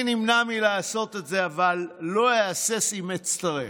אני נמנע מלעשות את זה, אבל לא אהסס אם אצטרך.